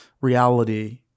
reality